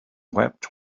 wept